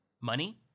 money